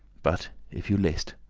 but, if you list,